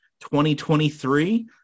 2023